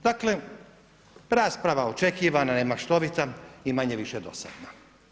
Dakle, rasprava očekivana, nemaštovita i manje-više dosadna.